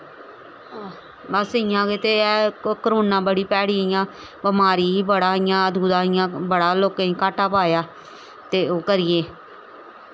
ते बस इ'यां गै ते करोना बड़ी भैड़ी इ'यां बमारी ही अदूं दा इ'यां बड़ा लोकें गी घाट्टा पाया ते ओह् करियै